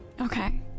Okay